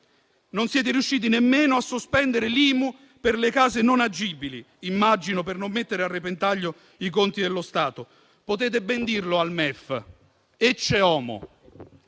Non siete riusciti nemmeno a sospendere l'IMU per le case non agibili, immagino per non mettere a repentaglio i conti dello Stato. Potete ben dirlo al MEF: *ecce homo.*